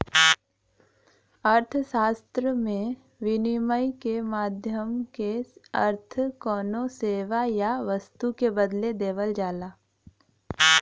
अर्थशास्त्र में, विनिमय क माध्यम क अर्थ कउनो सेवा या वस्तु के बदले देवल जाला